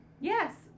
yes